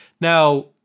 Now